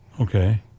okay